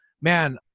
man